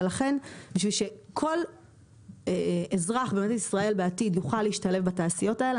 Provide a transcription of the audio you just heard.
ולכן בשביל שכל אזרח במדינת ישראל בעתיד יוכל להשתלב בתעשיות האלה,